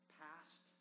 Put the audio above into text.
past